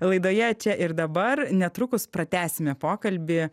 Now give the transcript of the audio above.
laidoje čia ir dabar netrukus pratęsime pokalbį